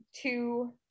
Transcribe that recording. Two